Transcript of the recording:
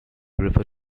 refer